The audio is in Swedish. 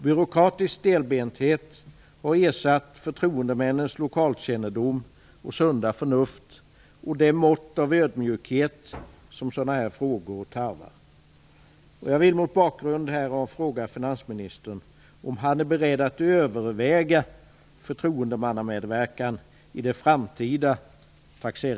Byråkratisk stelbenthet har ersatt förtroendemännens lokalkännedom och sunda förnuft och det mått av ödmjukhet som sådana frågor tarvar.